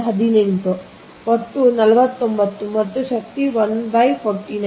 ಆದ್ದರಿಂದ ಒಟ್ಟು 49 ಮತ್ತು ಶಕ್ತಿ 1 49